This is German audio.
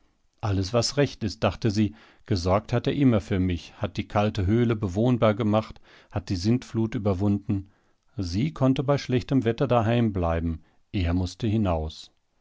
alles was recht ist dachte sie gesorgt hat er immer für mich hat die kalte höhle bewohnbar gemacht hat die sintflut überwunden sie konnte bei schlechtem wetter daheimbleiben er mußte hinaus